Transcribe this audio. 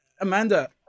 Amanda